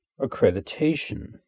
accreditation